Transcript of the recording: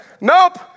nope